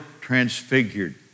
transfigured